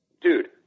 dude